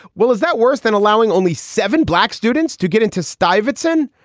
well, is that worse than allowing only seven black students to get into stuyvesant?